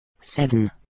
seven